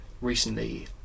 recently